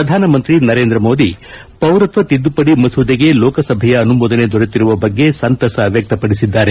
ಪ್ರಧಾನಮಂತ್ರಿ ನರೇಂದ್ರ ಮೋದಿ ಪೌರತ್ನ ತಿದ್ದುಪದಿ ಮಸೂದೆಗೆ ಲೋಕಸಭೆಯ ಅನುಮೋದನೆ ದೊರೆತಿರುವ ಬಗ್ಗೆ ಸಂತಸ ವ್ಯಕ್ತಪಡಿಸಿದ್ದಾರೆ